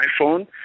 iPhone